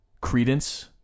Credence